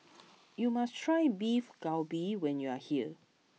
you must try Beef Galbi when you are here